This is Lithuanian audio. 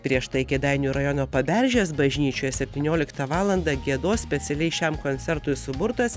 prieš tai kėdainių rajono paberžės bažnyčioj septynioliktą valandą giedos specialiai šiam koncertui suburtas